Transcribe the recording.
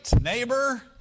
neighbor